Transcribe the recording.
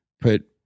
put